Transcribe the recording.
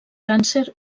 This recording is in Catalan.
càncer